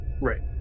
Right